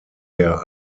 der